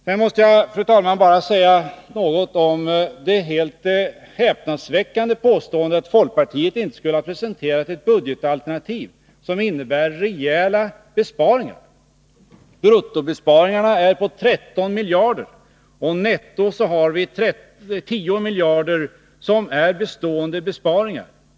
Sedan måste jag, fru talman, säga något om det helt häpnadsväckande påståendet att folkpartiet inte skulle ha presenterat ett budgetalternativ som innebär rejäla besparingar. Bruttobesparingarna är på 13 miljarder, netto har vi 10 miljarder, som är bestående besparingar.